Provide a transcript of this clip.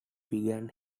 began